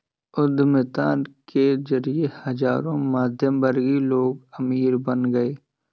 उद्यमिता के जरिए हजारों मध्यमवर्गीय लोग अमीर बन गए